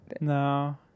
No